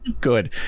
good